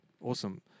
Awesome